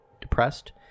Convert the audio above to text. depressed